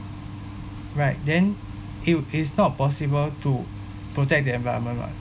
right then it is not possible to protect the environment [what]